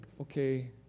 okay